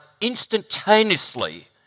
instantaneously